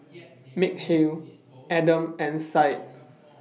Mikhail Adam and Syed